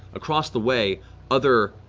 across the way other